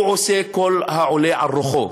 הוא עושה כל העולה על רוחו.